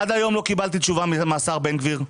עד היום לא קיבלתי תשובה מהשר בן גביר.